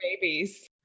babies